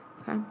okay